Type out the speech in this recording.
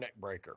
neckbreaker